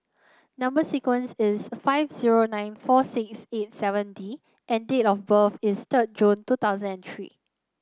number sequence is S five zero nine four six eight seven D and date of birth is third June two thousand and three